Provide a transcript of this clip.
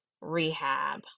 rehab